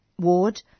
Ward